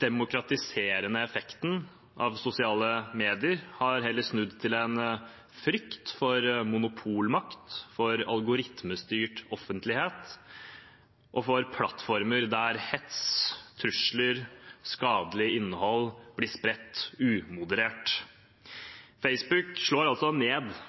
demokratiserende effekten av sosiale medier har heller snudd til en frykt for monopolmakt, for algoritmestyrt offentlighet og for plattformer der hets, trusler og skadelig innhold blir spredt umoderert. Facebook slår altså ned